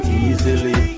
easily